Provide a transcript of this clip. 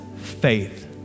faith